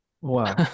Wow